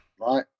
Right